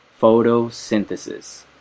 photosynthesis